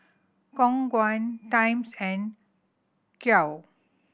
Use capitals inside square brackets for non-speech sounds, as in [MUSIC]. Khong Guan Times and [UNINTELLIGIBLE]